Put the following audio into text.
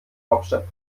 hauptstadt